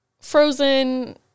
frozen